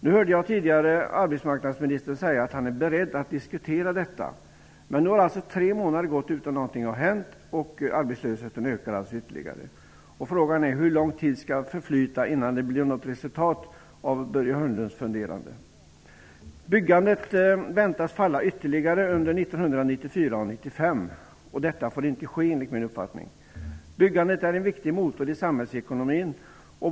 Jag hörde tidigare arbetsmarknadsministern säga att han är beredd att diskutera detta, men det har nu gått tre månader utan att någonting har hänt, och arbetslösheten ökar ytterligare. Frågan är hur lång tid som skall förflyta innan det blir något resultat av Börje Hörnlunds funderande. Byggandet väntas falla ytterligare under 1994 och 1995. Detta får enligt min uppfattning inte ske. Byggandet är en viktig motor i samhällsekonomin.